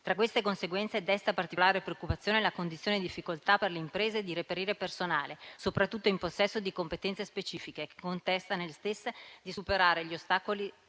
Tra queste conseguenze desta particolare preoccupazione la condizione di difficoltà per le imprese di reperire personale, soprattutto in possesso di competenze specifiche, che consenta di superare gli ostacoli